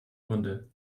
wunde